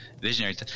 visionary